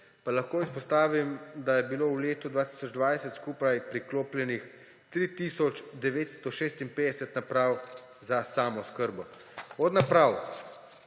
pa lahko izpostavim, da je bilo v letu 2020 skupaj priklopljenih 3 tisoč 956 naprav za samooskrbo. Od naprav,